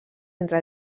entre